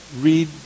read